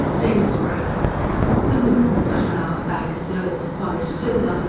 day was breaking the moon, but an hour back a globe of polished silver,